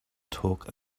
talk